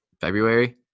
February